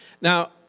Now